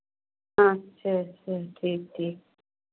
अच्छा अच्छा ठीक ठीक